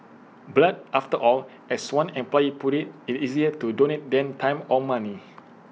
blood after all as one employee put IT it is easier to donate than time or money